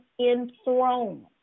enthroned